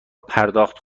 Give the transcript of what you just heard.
پرداخت